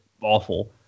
awful